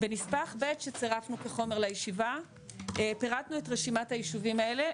בנספח ב' שצירפנו כחומר לישיבה פירטנו את רשימת הישובים האלה,